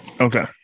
Okay